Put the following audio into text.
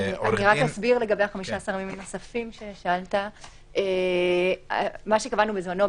אסביר לגבי 15 הימים הנוספים ששאלת - מה שקבענו בזמנו,